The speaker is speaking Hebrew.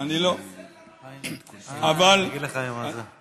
מה שחסר לנו זה שוויון על כל אזרחיה, את זה,